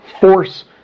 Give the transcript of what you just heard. force